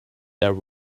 there